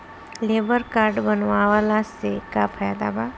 Labour card बनवाला से का फायदा बा?